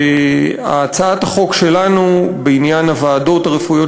והצעת החוק שלנו בעניין הוועדות הרפואיות